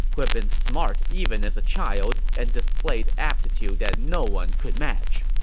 who had been smart even as a child and displayed aptitude that no one could match.